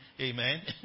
Amen